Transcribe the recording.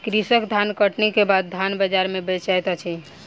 कृषक धानकटनी के बाद धान बजार में बेचैत अछि